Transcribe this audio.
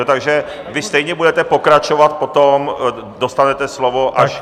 Takže vy stejně budete pokračovat potom, dostanete slovo, až...